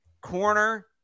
Corner